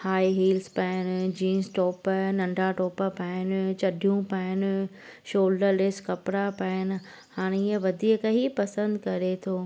high heels पाइण में jeans top ऐं नंढा टॉप पाइण में चॾियूं पाइणु शॉल्डर लेस कपिड़ा पाइणु हाणे हीअं वधीक ई पसंदि करे थो